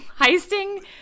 Heisting